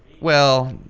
well,